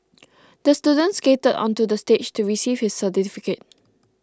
the student skated onto the stage to receive his certificate